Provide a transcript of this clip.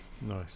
Nice